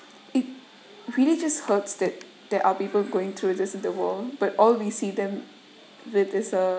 it really just hurts that there are people going through this in the world but all we see them with this uh